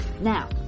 Now